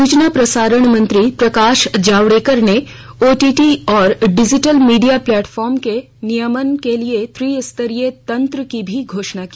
सुचना और प्रसारण मंत्री प्रकाश जावडेकर ने ओटीटी और डिजिटल मीडिया प्लेटफार्मो के नियमन के लिए त्रिस्तरीय तंत्र की भी घोषणा की